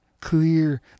clear